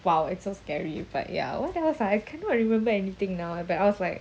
!wow! it's so scary but ya what else ah I cannot remember anything now eh but I was like